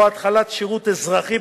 או התחלת שירות אזרחי,